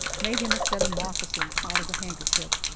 made him a set of moccasins out of a handkerchief.